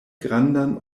grandan